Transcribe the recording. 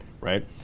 right